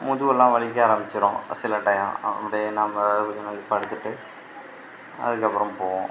முதுகெல்லாம் வலிக்காரமிச்சுரும் சில டையம் அப்படியே நம்ப படுத்துட்டு அதுக்கப்புறம் போவோம்